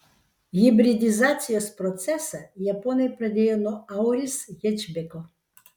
hibridizacijos procesą japonai pradėjo nuo auris hečbeko